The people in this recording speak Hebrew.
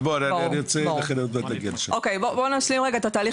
אבל בואי אני רוצה --- בואו נשלים רגע את התהליך